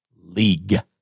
League